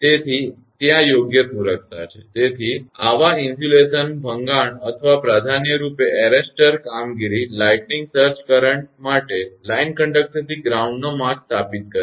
તેથી ત્યાં યોગ્ય સુરક્ષા છે તેથી આવા ઇન્સ્યુલેશન ભંગાણ અથવા પ્રાધાન્યરૂપે એરેસ્ટર કામગીરી લાઇટનીંગ સર્જ કરંટ માટે લાઇન કંડક્ટરથી ગ્રાઉન્ડનો માર્ગ સ્થાપિત કરે છે